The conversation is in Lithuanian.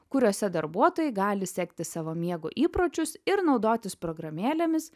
kuriose darbuotojai gali sekti savo miego įpročius ir naudotis programėlėmis